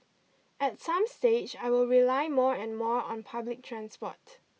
at some stage I will rely more and more on public transport